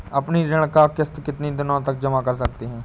अपनी ऋण का किश्त कितनी दिनों तक जमा कर सकते हैं?